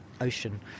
ocean